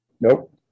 Nope